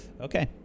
Okay